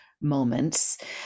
moments